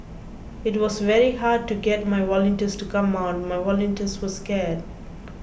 it was very hard to get my volunteers to come out my volunteers were scared